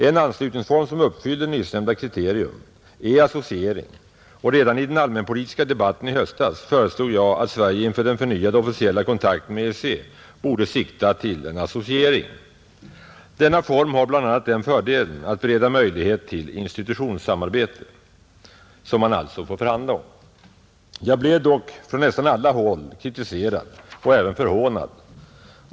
En anslutningsform, som uppfyller nyssnämnda kriterium, är associering, och redan i den allmänpolitiska debatten i höstas föreslog jag att Sverige inför den förnyade officiella kontakten med EEC borde sikta till en associering. Denna form har bl.a. den fördelen att bereda möjlighet till institutionssamarbete, som man alltså får förhandla om. Jag blev dock från nästan alla håll kritiserad och även förhånad.